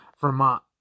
vermont